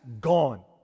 gone